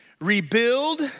rebuild